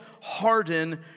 harden